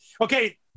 Okay